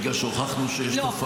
בגלל שהוכחנו שיש תופעה.